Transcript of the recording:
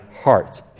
heart